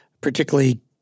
particularly